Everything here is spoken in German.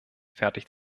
fertig